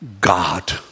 God